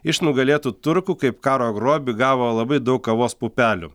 iš nugalėtų turkų kaip karo grobį gavo labai daug kavos pupelių